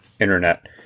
internet